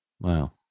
Wow